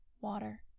water